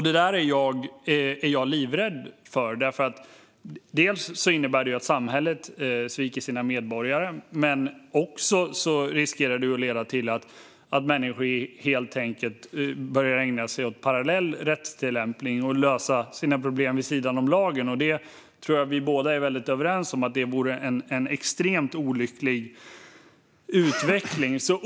Det är jag livrädd för. Dels innebär det att samhället sviker sina medborgare. Dels riskerar det att leda till att människor börjar ägna sig åt parallell rättstillämpning och lösa sina problem vid sidan om lagen. Jag tror att vi båda är överens om att detta vore en extremt olycklig utveckling.